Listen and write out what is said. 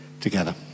together